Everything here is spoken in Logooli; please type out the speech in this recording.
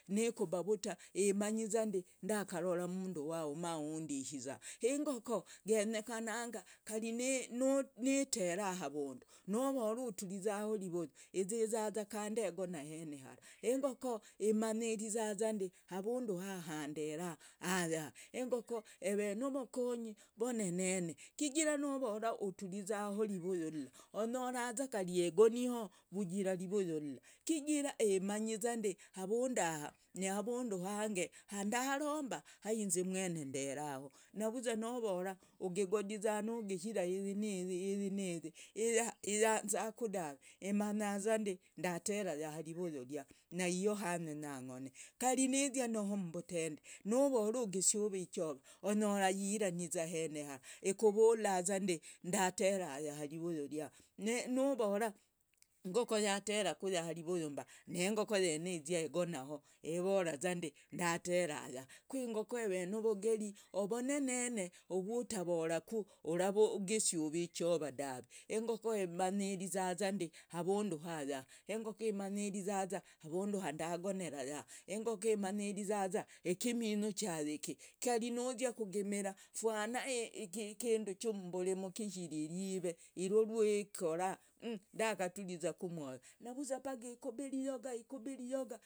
Nikuba vitu imanyiza ndakarora umundu wa umaundihiza engoko genyekananga karinetera havundu navora uturizaho nivayu izizaza kanoli egona henehara, engoko imarizandi havundu haa handera hayaa engoko evenovokonyi vanene kigira navora uturiza rivugu onyoraza kari egoniho vujira rivigu ila kigira imanyizandi havundaha nihavandhu niharandu hange ndarumba hainzi mwene nderaho navuza navora ugikungi ogegodiza ugishirayi niiyi iyi niiyi iyanzaku dave imanyazandi ndatera yaha rivugu rya naiyohanyenya ng'one kari nizya noho mbotende nogora ugisguva ichora onyora ironi vuza henerahara ekovola vuza ndatera yaha rivugu vya novora engoko nateraka yaha invurumba nengoko yene izya egona ho evovandi ndatera yaha kwengoko evenorogeri ovonene uvutavoragu uvavisyuva ichoradare engoko imanyerizaza ndindi havundu haya engoko imanyirizazandi havundu havundu hayaha, engoko imenyirazaza havundu handagonerayaha engoko imanyerizaza ikiminyu chayiki karinuzia kugimira fwana ikindu chumbarimu kishiri irive irwe rwekora umm ndakaturizaku umwoyo, navuza paka ikubi iriyoga, ikubi iriyoga.